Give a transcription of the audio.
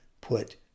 put